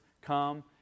come